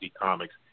Comics